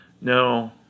no